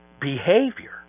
behavior